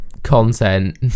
Content